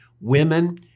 women